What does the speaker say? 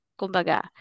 kumbaga